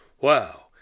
Wow